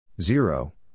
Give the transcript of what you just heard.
Zero